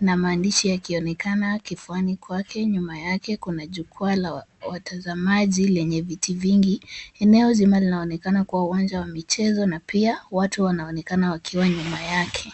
na maandishi yakionekana kifuani kwake . Nyuma yake kuna jukwaa la watazamaji lenye viti vingi. Eneo zima linaonekana kuwa uwanja wa michezo na pia watu wanaonekana wakiwa nyuma yake.